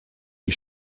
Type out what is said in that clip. les